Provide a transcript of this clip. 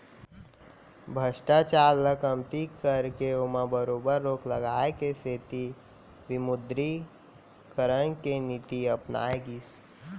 भस्टाचार ल कमती करके ओमा बरोबर रोक लगाए के सेती विमुदरीकरन के नीति अपनाए गिस